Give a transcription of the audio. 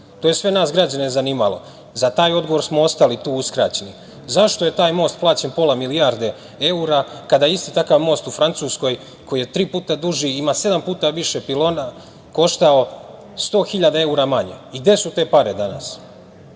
To je sve nas građane zanimalo. Za taj odgovor smo ostali tu uskraćeni. Zašto je taj most plaćen pola milijarde eura kada isti takav most u Francuskoj koji je tri puta duži i ima sedam puta više pilona, koštao sto hiljada eura manje? Gde su te pare danas?